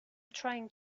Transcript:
trying